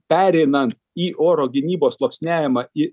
pereinant į oro gynybos sluoksniavimą į